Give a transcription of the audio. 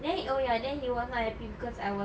then oh ya then he was not happy because I was